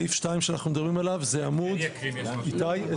סעיף 2 שאנחנו מדברים עליו, באיזה עמוד הוא, איתי?